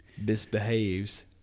Misbehaves